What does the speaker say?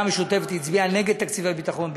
כשהוועדה המשותפת הצביעה נגד תקציב הביטחון.